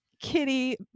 kitty